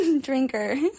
drinker